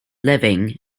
living